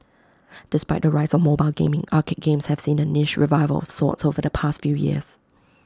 despite the rise of mobile gaming arcade games have seen A niche revival of sorts over the past few years